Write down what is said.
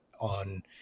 on